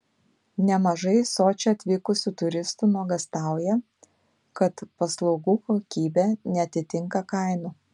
nemažai į sočį atvykusių turistų nuogąstauja kad paslaugų kokybė neatitinka kainų